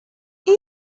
این